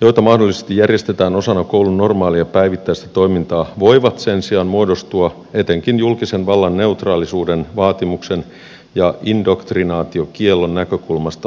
joita mahdollisesti järjestetään osana koulun normaalia päivittäistä toimintaa voivat sen sijaan muodostua etenkin julkisen vallan neutraalisuuden vaatimuksen ja indoktrinaatiokiellon näkökulmasta ongelmallisiksi